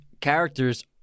characters